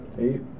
Eight